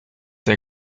der